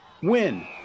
win